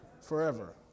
forever